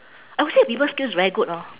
I would say her people skills very good lor